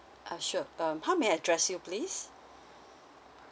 ah sure um how may I address you please